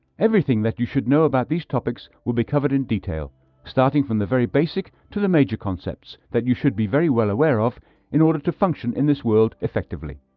everything that you should know about these topics will be covered in detail starting from the very basic to the major concepts that you should be very well aware of in order to function in this world effectively.